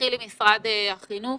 נתחיל עם משרד החינוך,